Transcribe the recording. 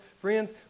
friends